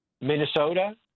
Minnesota